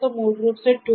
तो मूल रूप से tuples